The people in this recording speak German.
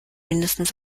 mindestens